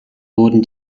wurden